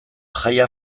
jaia